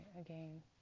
again